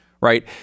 right